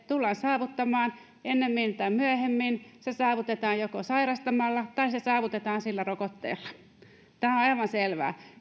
tullaan saavuttamaan ennemmin tai myöhemmin se saavutetaan joko sairastamalla tai se saavutetaan rokotteella tämä on aivan selvää